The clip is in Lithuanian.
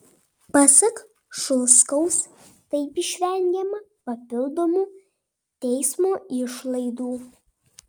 pasak šulskaus taip išvengiama papildomų teismo išlaidų